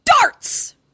darts